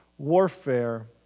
Warfare